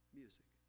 music